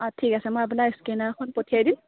অঁ ঠিক আছে মই আপোনাৰ ইস্কেনাৰখন পঠিয়াই দিম